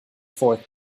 fourth